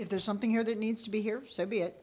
if there's something here that needs to be here so be it